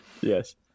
yes